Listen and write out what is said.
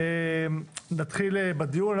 אנחנו נתחיל בדיון.